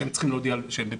שהם צריכים להודיע שהם בבידוד.